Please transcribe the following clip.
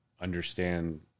understand